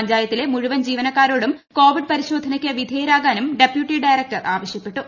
പഞ്ചായത്തിലെ മുഴുവൻ ജീവനക്കാരോടും കൊവിഡ് പരിശോധനക്ക് വിധേയരാകാനും ഡെപ്യൂട്ടി ഡയറക്ടർ ആവശ്യപ്പെട്ടു